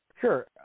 Sure